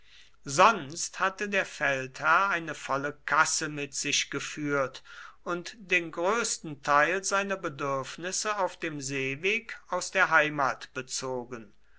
sonst hatte der feldherr eine volle kasse mit sich geführt und den größten teil seiner bedürfnisse auf dem seeweg aus der heimat bezogen